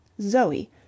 Zoe